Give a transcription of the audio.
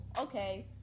Okay